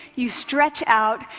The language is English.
you stretch out,